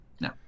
no